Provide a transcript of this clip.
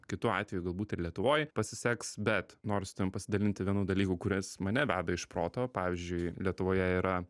kitu atveju galbūt ir lietuvoj pasiseks bet noriu su tavim pasidalinti vienu dalyku kuris mane veda iš proto pavyzdžiui lietuvoje yra